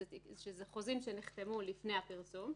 שזה חוזים שנחתמו לפני הפרסום,